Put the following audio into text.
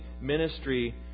ministry